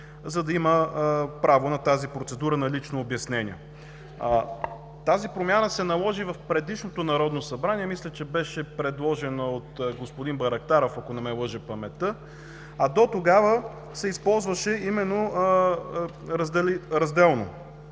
за да има право на тази процедура на лично обяснение. Тази промяна се наложи в предишното Народно събрание. Мисля, че беше предложена от господин Байрактаров, ако не ме лъже паметта, а дотогава се използваше именно поотделно